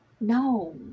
No